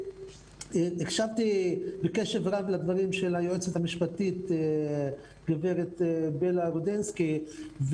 הקשבתי בקשב רב לדברים של היועצת המשפטית גב' בלה רודנסקי,